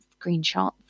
screenshots